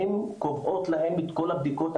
הן קובעות להם את כל הבדיקות,